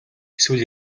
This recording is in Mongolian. эсвэл